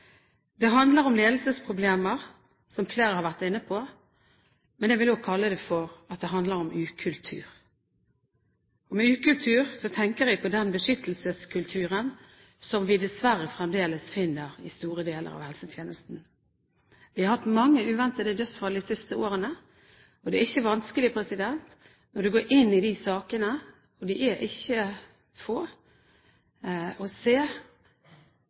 Det handler om ledelsesproblemer, som flere har vært inne på, men jeg vil også kalle det for ukultur. Og med ukultur tenker jeg på den beskyttelseskulturen som vi dessverre fremdeles finner i store deler av helsetjenesten. Vi har hatt mange uventede dødsfall de siste årene. Og det er ikke vanskelig å se når du går inn i de sakene – og de er ikke få